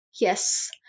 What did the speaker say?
Yes